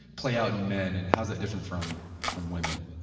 play out in men and how is that different from from women?